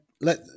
let